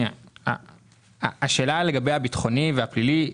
השאלה לגבי הביטחוני והפלילי,